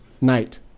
night